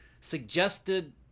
suggested